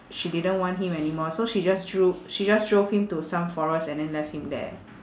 she didn't want him anymore so she just dro~ she just drove him to some forest and then left him there